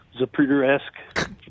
zapruder-esque